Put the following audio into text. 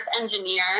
engineer